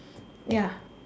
ya